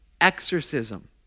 exorcism